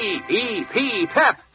P-E-P-Pep